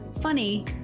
funny